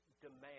demand